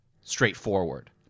straightforward